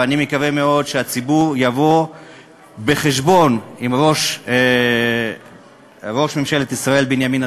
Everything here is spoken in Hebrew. ואני מקווה מאוד שהציבור יבוא חשבון עם ראש ממשלת ישראל בנימין נתניהו,